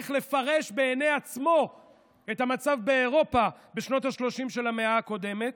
איך לפרש בעיני עצמו את המצב באירופה בשנות השלושים של המאה הקודמת.